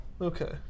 Okay